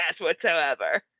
whatsoever